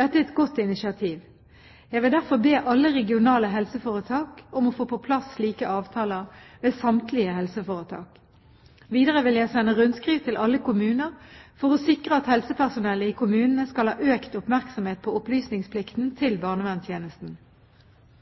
Dette er et godt initiativ. Jeg vil derfor be alle regionale helseforetak om å få på plass slike avtaler ved samtlige helseforetak. Videre vil jeg sende rundskriv til alle kommuner for å sikre at helsepersonell i kommunene skal ha økt oppmerksomhet på opplysningsplikten til